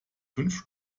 fünf